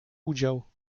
udział